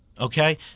Okay